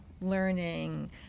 learning